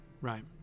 right